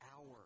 hour